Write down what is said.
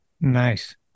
Nice